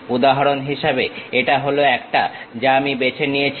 উদাহরন হিসাবে এটা হলো একটা যা আমি বেছে নিয়েছি